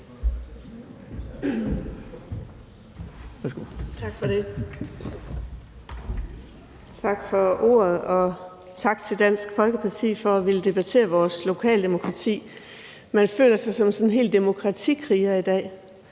Tak for ordet, og tak til Dansk Folkeparti for at ville debattere vores lokale demokrati. Man føler sig helt som en demokratikriger i dag.